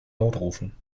notrufen